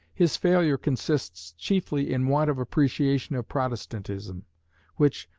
his failure consists chiefly in want of appreciation of protestantism which,